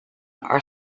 are